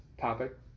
Topic